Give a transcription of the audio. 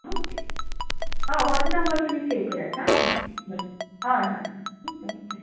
okay हय होच number तुमी सेव करात आं हय हय हय ओके बरे